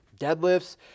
deadlifts